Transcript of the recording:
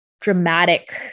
dramatic